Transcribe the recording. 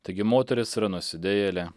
taigi moteris yra nusidėjėlė